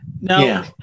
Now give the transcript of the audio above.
Now